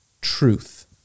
truth